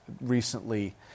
recently